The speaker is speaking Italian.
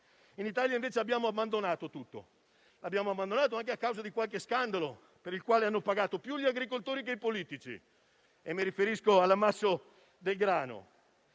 In Italia, invece, abbiamo abbandonato tutto e lo abbiamo fatto anche a causa di qualche scandalo per il quale hanno pagato più gli agricoltori che i politici, e mi riferisco all'ammasso del grano.